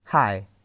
Hi